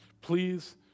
Please